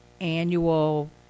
annual –